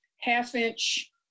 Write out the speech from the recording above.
half-inch